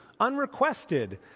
unrequested